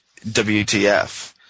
WTF